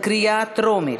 בקריאה טרומית.